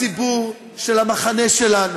הציבור של המחנה שלנו,